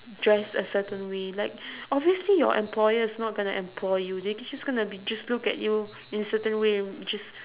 dress a certain way like obviously your employer is not going to employ you they be just gonna be just look at you in a certain way and w~ just